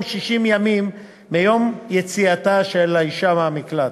60 ימים מיום יציאתה של האישה מהמקלט.